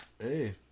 Hey